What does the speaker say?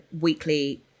weekly